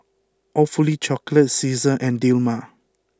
Awfully Chocolate Cesar and Dilmah